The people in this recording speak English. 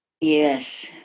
Yes